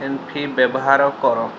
ବ୍ୟବହାର କର